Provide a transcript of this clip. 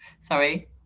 Sorry